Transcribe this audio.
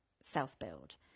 self-build